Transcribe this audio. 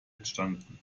entstanden